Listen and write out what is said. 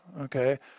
okay